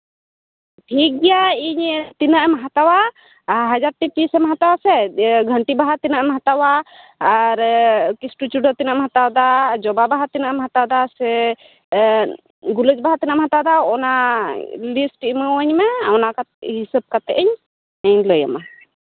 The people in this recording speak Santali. ᱴᱷᱤᱠ ᱜᱮᱭᱟ ᱤᱧ ᱛᱤᱱᱟᱹᱜ ᱮᱢ ᱦᱟᱛᱟᱣᱟ ᱟᱨ ᱦᱟᱡᱟᱨᱴᱤ ᱯᱤᱥ ᱮᱢ ᱦᱟᱛᱟᱣᱟ ᱥᱮ ᱜᱷᱟᱱᱴᱤ ᱵᱟᱦᱟ ᱛᱤᱱᱟᱹᱜ ᱮᱢ ᱦᱟᱛᱟᱣᱟ ᱟᱨ ᱠᱷᱤᱥᱴᱚᱪᱩᱲᱟᱹ ᱛᱤᱱᱟᱹᱜ ᱮᱢ ᱦᱟᱛᱟᱣᱫᱟ ᱡᱚᱵᱟ ᱵᱟᱦᱟ ᱛᱤᱱᱟᱹᱜ ᱮᱢ ᱦᱟᱛᱟᱣᱫᱟ ᱥᱮ ᱜᱩᱞᱟᱹᱡ ᱵᱟᱦᱟ ᱛᱤᱱᱟᱹᱜ ᱮᱢ ᱦᱟᱛᱟᱣᱫᱟ ᱚᱱᱟ ᱞᱤᱥᱴ ᱛᱮᱜ ᱤᱢᱟᱹᱧ ᱢᱮ ᱚᱱᱟ ᱦᱤᱥᱟᱹᱵ ᱠᱟᱛᱮᱜ ᱤᱧ ᱞᱟᱹᱭ ᱟᱢᱟ